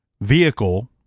vehicle